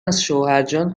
ازشوهرجان